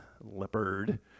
leopard